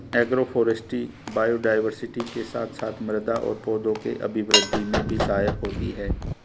agroforestry biodiversity के साथ साथ मृदा और पौधों के अभिवृद्धि में भी सहायक होती है